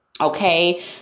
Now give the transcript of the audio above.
Okay